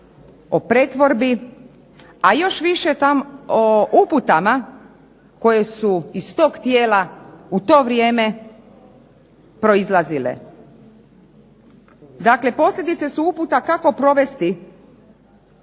o pretvorbi, a još više o uputama koje su iz tog tijela, u to vrijeme proizlazile. Dakle posljedice su uputa kako provesti